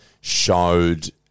showed